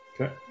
Okay